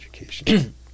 education